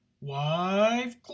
Wife